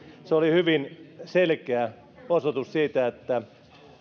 se oli hyvin selkeä osoitus siitä että